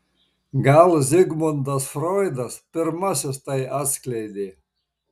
gal zigmundas froidas pirmasis tai atskleidė